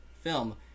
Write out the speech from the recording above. film